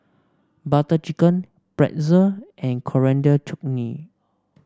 Butter Chicken Pretzel and Coriander Chutney